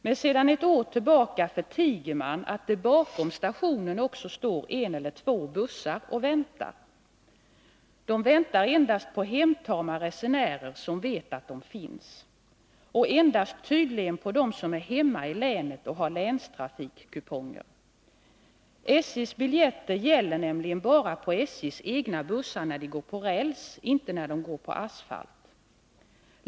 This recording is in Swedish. Men sedan ett år tillbaka förtiger man att det bakom stationen också står en eller två bussar och väntar. De väntar endast på hemtama resenärer som vet att bussarna finns — och tydligen endast på dem som är hemma i länet och har länstrafikkuponger. SJ:s biljetter gäller nämligen på SJ:s egna bussar bara när de går på räls, inte när de går på asfalt.